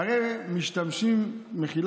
הרי משתמשים בך,